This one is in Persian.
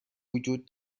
وجود